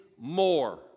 more